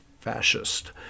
fascist